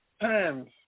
times